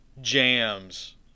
jams